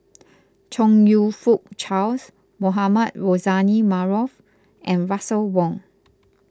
Chong You Fook Charles Mohamed Rozani Maarof and Russel Wong